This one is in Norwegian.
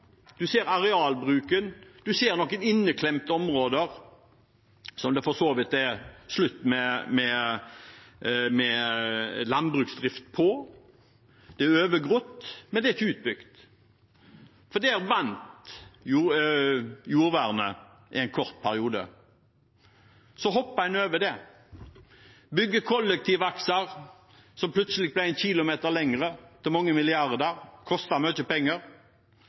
noen inneklemte områder, som det for så vidt er slutt med landbruksdrift på. Det er overgrodd, men ikke utbygd, for der vant jordvernet i en kort periode. Så hopper man over det, bygger kollektivakser som plutselig blir en kilometer lengre, til mange milliarder. Det koster mye penger,